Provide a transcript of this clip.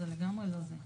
זה לגמרי לא זה.